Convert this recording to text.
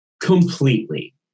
completely